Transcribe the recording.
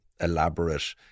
elaborate